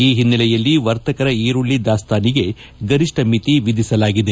ಈ ಹಿನ್ನೆಲೆಯಲ್ಲಿ ವರ್ತಕರ ಈರುಳ್ಳಿ ದಾಸ್ತಾನಿಗೆ ಗರಿಷ್ಠ ಮಿತಿ ವಿಧಿಸಲಾಗಿದೆ